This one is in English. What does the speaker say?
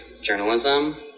journalism